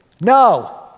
No